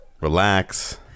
relax